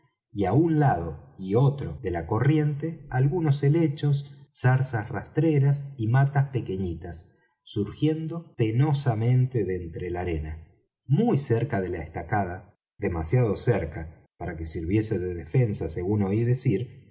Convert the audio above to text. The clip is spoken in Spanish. á un lado y otro de la corriente algunos helechos zarzas rastreras y matas pequeñitas surgiendo penosamente de entre la arena muy cerca de la estacada demasiado cerca para que sirviese de defensa según oí